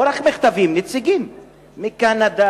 מכתבים, לא רק מכתבים, נציגים מקנדה,